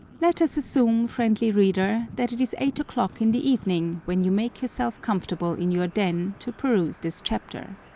let us assume, friendly reader, that it is eight o'clock in the evening when you make yourself comfortable in your den, to peruse this chapter.